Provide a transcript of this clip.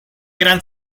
gran